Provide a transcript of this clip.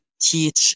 teach